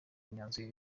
imyanzuro